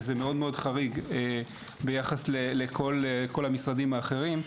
וזה מאוד חריג ביחס לכל המשרדים האחרים.